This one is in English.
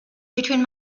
between